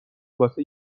واسه